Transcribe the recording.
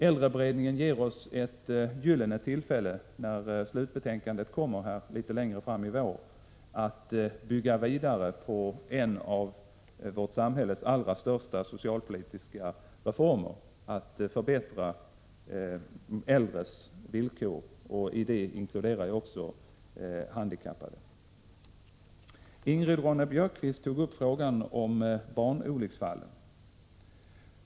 Äldreberedningen ger oss, när slutbetänkandet presenteras litet längre fram under våren, ett gyllene tillfälle att bygga vidare på en av vårt samhälles allra största socialpolitiska reformer för att förbättra äldres villkor — häri inkluderar jag också de handikappade. Ingrid Ronne-Björkqvist tog upp frågan om barnolycksfallen.